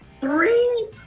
three